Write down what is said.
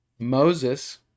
Moses